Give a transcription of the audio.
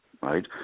right